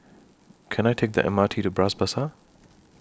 Can I Take The M R T to Bras Basah